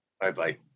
Bye-bye